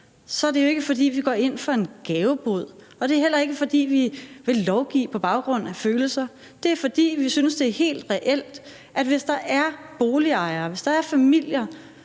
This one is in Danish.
så er det jo ikke, fordi vi går ind for en gavebod, og det er heller ikke, fordi vi vil lovgive på baggrund af følelser; det er, fordi vi synes, det er helt reelt, at hvis der er boligejere, at hvis der er familier,